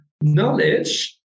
knowledge